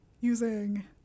using